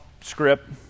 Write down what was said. script